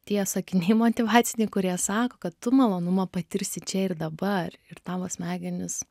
tie sakiniai motyvaciniai kurie sako kad tu malonumą patirsi čia ir dabar ir tavo smegenys